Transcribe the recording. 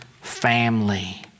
family